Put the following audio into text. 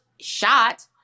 shot